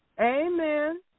Amen